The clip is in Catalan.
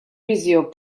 visió